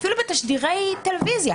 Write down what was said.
אפילו בתשדירי טלוויזיה